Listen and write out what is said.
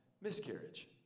miscarriage